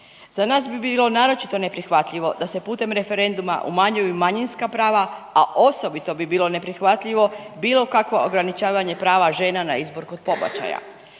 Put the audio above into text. Za nas bi bilo naročito neprihvatljivo da se putem referenduma umanjuju manjinska prava, a osobito bi bilo neprihvatljivo bilo kakvo ograničavanje žena na izbor kod pobačaja.